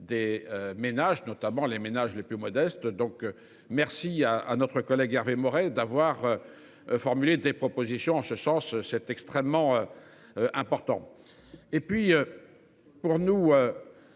Des ménages, notamment les ménages les plus modestes, donc merci à à notre collègue Hervé Maurey d'avoir. Formulé des propositions en ce sens c'est extrêmement. Important et puis. Pour nous.